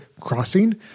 crossing